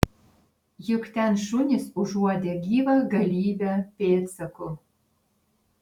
juk ten šunys užuodė gyvą galybę pėdsakų